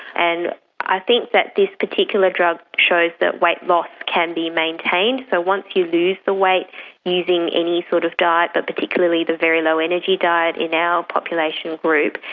and i think that this particular drug shows that weight loss can be maintained. but once you lose the weight using any sort of diet but particularly the very low energy diet in our population group,